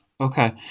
Okay